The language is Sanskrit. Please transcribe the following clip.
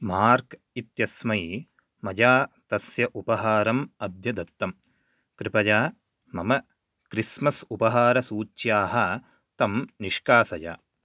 मार्क् इत्यस्मै मया तस्य उपहारम् अद्य दत्तं कृपया मम क्रिस्मस् उपहारसूच्याः तं निष्कासय